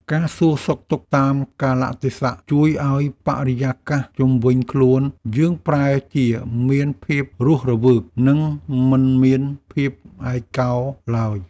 ការសួរសុខទុក្ខតាមកាលៈទេសៈជួយឱ្យបរិយាកាសជុំវិញខ្លួនយើងប្រែជាមានភាពរស់រវើក និងមិនមានភាពឯកោឡើយ។